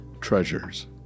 Treasures